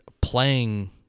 playing